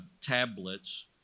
tablets